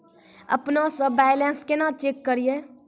अपनों से बैलेंस केना चेक करियै?